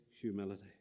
humility